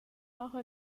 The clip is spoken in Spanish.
bajo